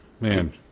man